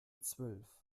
zwölf